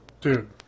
Dude